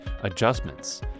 adjustments